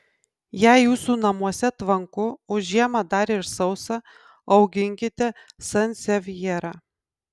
jei jūsų namuose tvanku o žiemą dar ir sausa auginkite sansevjerą